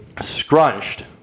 Scrunched